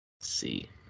see